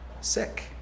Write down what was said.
sick